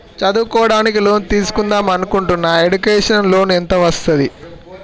చదువుకోవడానికి లోన్ తీస్కుందాం అనుకుంటున్నా ఎడ్యుకేషన్ లోన్ ఎంత వస్తది?